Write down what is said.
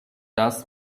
das